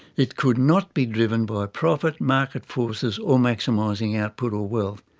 it could not be driven by profit, market forces or maximising output or wealth.